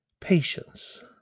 patience